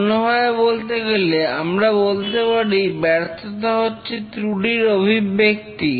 অন্যভাবে বলতে গেলে আমরা বলতে পারি ব্যর্থতা হচ্ছে ত্রুটির অভিব্যক্তি